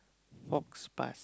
faux-pas